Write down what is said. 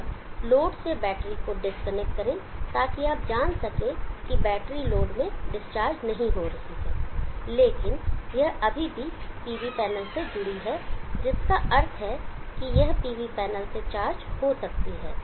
तब लोड से बैटरी को डिस्कनेक्ट करें ताकि आप जान सकें कि बैटरी लोड में डिस्चार्ज नहीं हो रही है लेकिन यह अभी भी PV पैनल से जुड़ी है जिसका अर्थ है कि यह PV पैनल से चार्ज हो सकती है